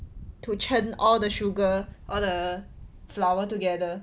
to churn all the sugar all the flour together